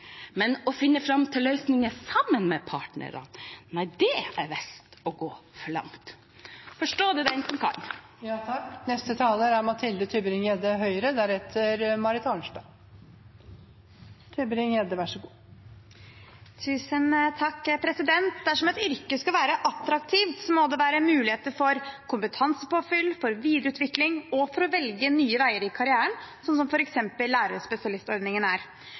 Men å finne fram til løsninger sammen med partene, nei, det er visst å gå for langt. Forstå det, den som kan. Dersom et yrke skal være attraktivt, må det være muligheter for kompetansepåfyll, for videreutvikling og for å velge nye veier i karrieren, slik f.eks. lærerspesialistordningen gir. Det er også viktig å være inkludert i et kollegium som diskuterer praksis og utforsker nye metoder. Det er